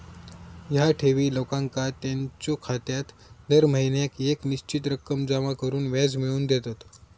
ह्या ठेवी लोकांका त्यांच्यो खात्यात दर महिन्याक येक निश्चित रक्कम जमा करून व्याज मिळवून देतत